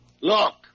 Look